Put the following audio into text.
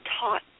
taught